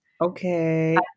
Okay